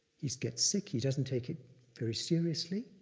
he gets sick, he doesn't take it very seriously,